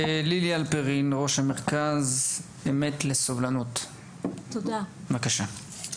לילי הלפרין, ראש מרכז אמת לסובלנות, בבקשה.